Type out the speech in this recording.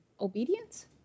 Obedience